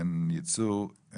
אין יצוא,